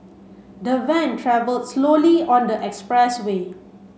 the van travel slowly on the express way